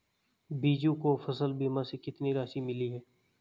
बीजू को फसल बीमा से कितनी राशि मिली है?